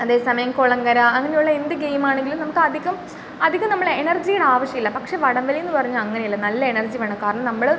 അതേ സമയം കുളം കര അങ്ങനുള്ള എന്ത് ഗെയിം ആണെങ്കിലും നമുക്കധികം അധികം നമ്മൾ എനർജീടെ ആവശ്യമില്ല പക്ഷേ വടം വലീന്ന് പറഞ്ഞാൽ അങ്ങനല്ല നല്ല എനർജി വേണം കാരണം നമ്മൾ